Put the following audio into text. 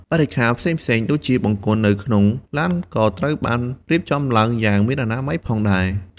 បរិក្ខារផ្សេងៗដូចជាបង្គន់នៅខាងក្នុងឡានក៏ត្រូវបានរៀបចំឡើងយ៉ាងមានអនាម័យផងដែរ។